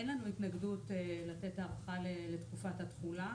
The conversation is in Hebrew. אין לנו התנגדות לתת הארכה לתקופת התחולה